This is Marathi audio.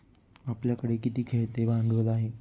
आपल्याकडे किती खेळते भांडवल आहे?